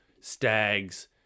stags